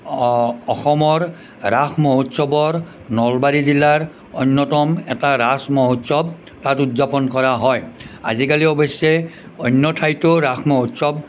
অসমৰ ৰাস মহোৎসৱৰ নলবাৰী জিলাৰ অন্য়তম এটা ৰাস মহোৎসৱ তাত উদযাপন কৰা হয় আজিকালি অৱশ্য়ে অন্য় ঠাইতো ৰাস মহোৎসৱ